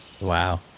Wow